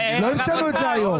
לא המצאנו את זה היום.